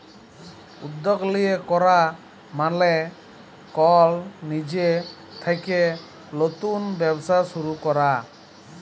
উদ্যগ লিয়ে ক্যরা মালে কল লিজে থ্যাইকে লতুল ব্যবসা শুরু ক্যরা